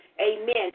amen